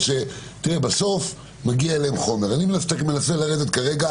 בסוף מגיע חומר אני מנסה לרדת כרגע